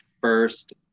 first